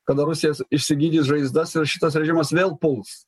kada rusija išsigydys žaizdas ir šitas režimas vėl puls